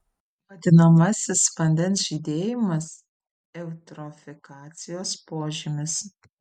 vadinamasis vandens žydėjimas eutrofikacijos požymis